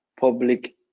public